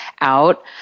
out